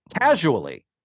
casually